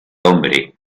hombre